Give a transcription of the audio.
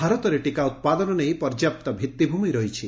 ଭାରତରେ ଟିକା ଉପାଦନ ନେଇ ପର୍ଯ୍ୟାପ୍ତ ଭିଉିଭ୍ରମି ରହିଛି